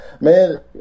Man